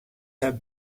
have